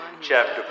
chapter